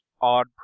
odd